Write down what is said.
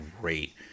great